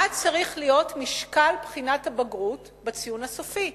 מה צריך להיות משקל בחינת הבגרות בציון הסופי.